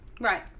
Right